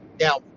Now